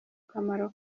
kamaro